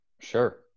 Sure